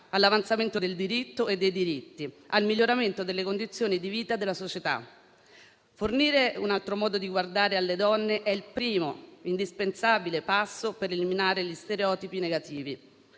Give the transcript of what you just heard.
all'avanzamento del diritto e dei diritti e al miglioramento delle condizioni di vita della società. Fornire un altro modo di guardare alle donne è il primo, indispensabile passo per eliminare gli stereotipi negativi.